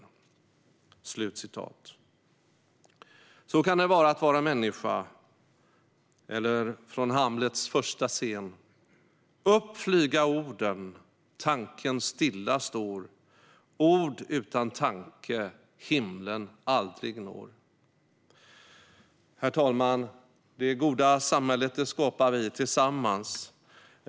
Så kan det vara att vara människa. Eller det kan vara som i Hamlets första scen: Upp flyga orden. Tanken stilla står. Ord utan tanke himlen aldrig når. Herr talman! Det goda samhället skapar vi tillsammans.